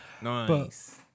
Nice